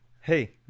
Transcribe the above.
Hey